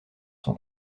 son